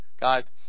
Guys